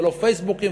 ולא פייסבוקים,